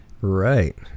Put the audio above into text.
Right